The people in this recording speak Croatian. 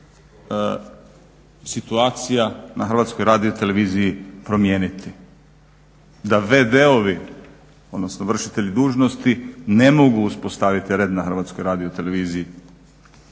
situacija na Hrvatskoj radioteleviziji promijeniti, da v.d.-ovi odnosno vršitelji dužnosti ne mogu uspostaviti red na Hrvatskoj radioteleviziji.